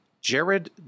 Jared